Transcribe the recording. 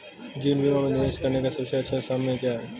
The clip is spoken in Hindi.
जीवन बीमा में निवेश करने का सबसे अच्छा समय क्या है?